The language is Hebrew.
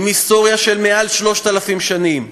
עם היסטוריה של מעל 3,000 שנים.